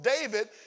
David